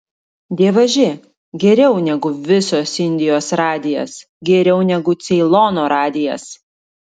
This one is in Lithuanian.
dievaži geriau negu visos indijos radijas geriau negu ceilono radijas